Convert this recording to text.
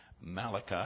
Malachi